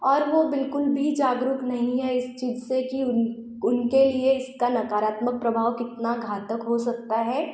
और वे बिलकुल भी जागरूक नहीं हैं इस चीज़ से कि उन उनके लिए इसका नकारात्मक प्रभाव कितना घातक हो सकता है